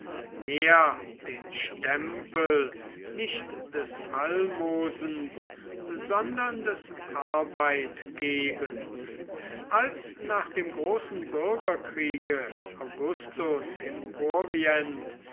mehr den stempel nicht des almosens sondern des arbeitgebens als nach dem großen bürgerkriege augustus im orient